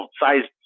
size